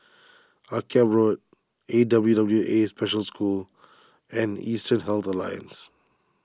Akyab Road A W W A Special School and Eastern Health Alliance